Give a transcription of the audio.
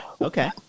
okay